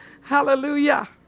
Hallelujah